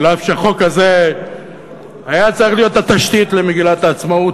אף שהחוק הזה היה צריך להיות התשתית למגילת העצמאות,